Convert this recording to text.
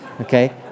okay